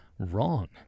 Wrong